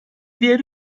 diğer